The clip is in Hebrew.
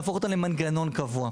נהפוך אותם למנגנון קבוע,